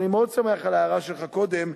אני מאוד שמח על ההערה שלך קודם,